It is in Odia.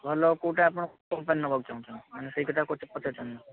ଭଲ କେଉଁଟା ଆପଣ କମ୍ପାନୀ ନେବାକୁ ଚାହୁଁଛନ୍ତି ମାନେ ସେଇ କଥା ପଚାରିଥାନ୍ତି